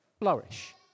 flourish